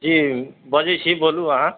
जी बजै छी बोलू अहाँ